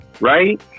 right